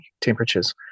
temperatures